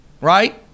right